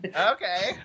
Okay